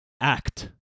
act